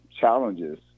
challenges